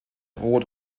rot